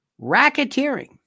Racketeering